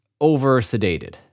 over-sedated